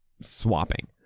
swapping